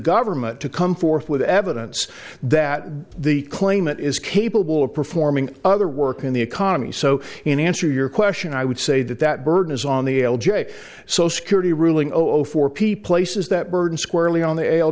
government to come forth with evidence that the claimant is capable of performing other work in the economy so in answer to your question i would say that that burden is on the l j so security ruling zero zero four p places that burden squarely on the